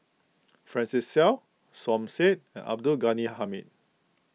Francis Seow Som Said and Abdul Ghani Hamid